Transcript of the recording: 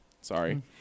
Sorry